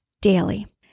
daily